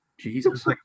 Jesus